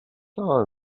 saw